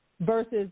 versus